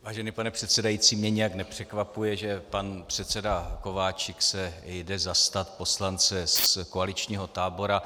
Vážený pane předsedající, mě nějak nepřekvapuje, že pan předseda Kováčik se jde zastat poslance z koaličního tábora.